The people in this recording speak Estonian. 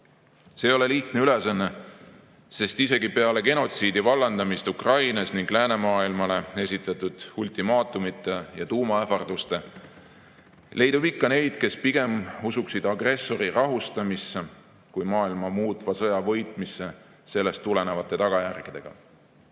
See ei ole lihtne ülesanne, sest isegi peale genotsiidi vallandamist Ukrainas ning läänemaailmale ultimaatumite ja tuumaähvarduste esitamist leidub ikka neid, kes pigem usuksid agressori rahustamisse kui maailma muutva sõja võitmisse sellest tulenevate tagajärgedega. Mis